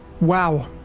wow